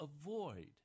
avoid